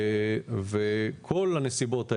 כל הנסיבות האלה,